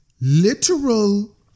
literal